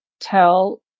tell